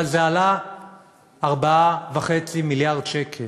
אבל זה עלה 4.5 מיליארד שקל.